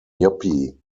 yuppie